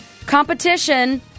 competition